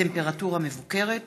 בטמפרטורה מבוקרת),